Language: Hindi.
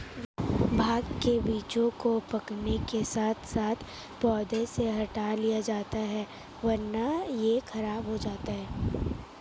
भांग के बीजों को पकने के साथ साथ पौधों से हटा लिया जाता है वरना यह खराब हो जाता है